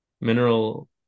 mineral